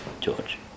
George